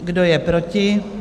Kdo je proti?